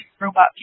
robot